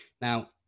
Now